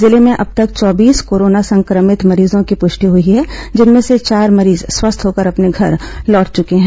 जिले में अब तक चौबीस कोरोना संक्रमित मरीजों की पुष्टि हुई है जिनमें से चार मरीज स्वस्थ होकर अपने घर लौट चुके हैं